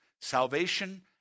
Salvation